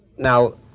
now,